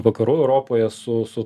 vakarų europoje su su